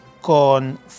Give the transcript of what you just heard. con